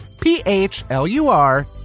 P-H-L-U-R